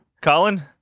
Colin